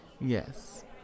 Yes